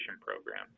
Program